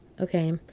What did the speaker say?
Okay